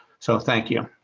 so thank you.